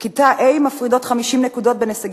בכיתה ה' מפרידות 50 נקודות בין הישגי